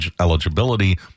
eligibility